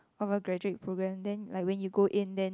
about graduate program then I when you go in then